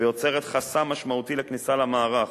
ויוצרת חסם משמעותי לכניסה למערך,